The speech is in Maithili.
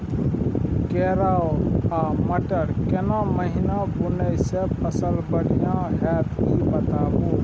केराव आ मटर केना महिना बुनय से फसल बढ़िया होत ई बताबू?